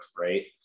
right